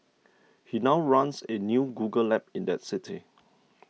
he now runs a new Google lab in that city